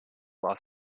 los